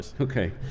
Okay